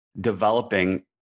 developing